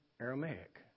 Aramaic